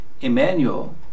Emmanuel